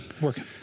Working